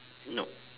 no